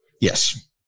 Yes